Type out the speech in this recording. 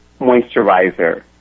moisturizer